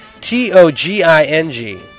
T-O-G-I-N-G